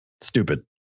Stupid